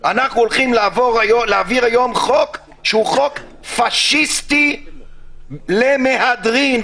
שהוא חוק פשיסטי למהדרין.